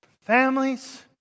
families